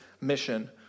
mission